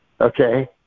okay